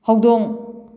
ꯍꯧꯗꯣꯡ